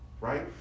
Right